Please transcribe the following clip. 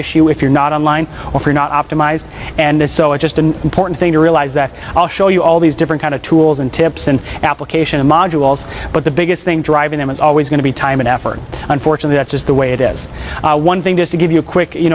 issue if you're not online or you're not optimized and so is just an important thing to realize that i'll show you all these different kind of tools and tips and application of modules but the biggest thing driving them is always going to be time and effort unfortunately that's just the way it is one thing to give you a quick you